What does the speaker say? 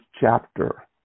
chapter